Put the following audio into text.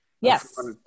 Yes